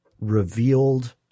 revealed